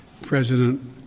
President